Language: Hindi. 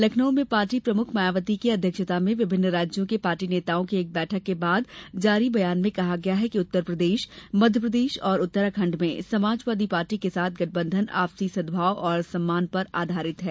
लखनऊ में पार्टी प्रमुख मायावती की अध्यक्षता में विभिन्न राज्यों के पार्टी नेताओं की एक बैठक के बाद जारी बयान में कहा गया है कि उत्तरप्रदेश मध्यप्रदेश और उत्तराखंड में समाजवादी पार्टी के साथ गठबंधन आपसी सदभाव और सम्मान पर आधारित है